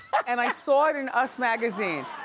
and i saw it in us magazine.